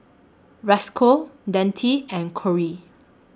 Roscoe Deonte and Corey